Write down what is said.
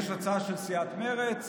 יש הצעה של סיעת מרצ,